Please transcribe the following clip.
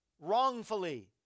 wrongfully